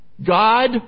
God